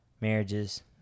marriages